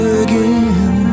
again